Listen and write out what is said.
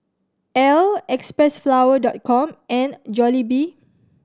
Elle Xpressflower Dot Com and Jollibee